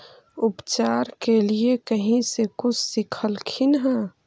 उपचार के लीये कहीं से कुछ सिखलखिन हा?